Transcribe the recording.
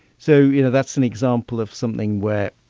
so you know that's an example of something where